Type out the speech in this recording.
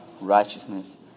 righteousness